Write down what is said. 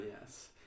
yes